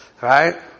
Right